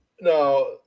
No